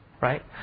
right